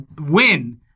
win